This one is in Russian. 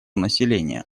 населения